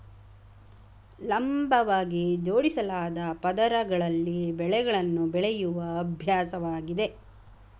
ಲಂಬವಾಗಿ ಜೋಡಿಸಲಾದ ಪದರಗಳಲ್ಲಿ ಬೆಳೆಗಳನ್ನು ಬೆಳೆಯುವ ಅಭ್ಯಾಸವಾಗಿದೆ